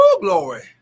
glory